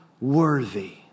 worthy